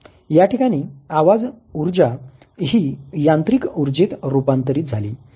याठिकाणी आवाज उर्जा हि यांत्रिक उर्जेत रुपांतरीत झाली